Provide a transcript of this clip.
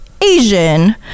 asian